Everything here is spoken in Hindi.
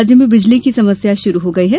राज्य में बिजली की समस्या शुरू हो गई है